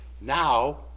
Now